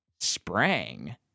Sprang